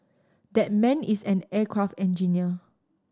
that man is an aircraft engineer